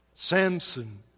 Samson